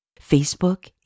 Facebook